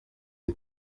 ati